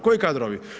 Koji kadrovi?